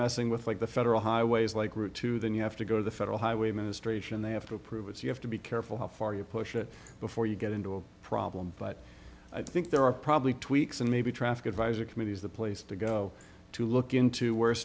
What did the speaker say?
messing with like the federal highways like route two then you have to go to the federal highway administration they have to approve it so you have to be careful how far you push it before you get into a problem but i think there are probably tweaks and maybe traffic advisory committees the place to go to look into w